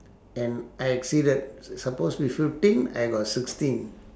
and I exceeded sus~ supposed to be fifteen I got sixteen